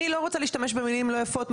אני לא רוצה להשתמש במילים לא יפות,